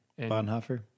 Bonhoeffer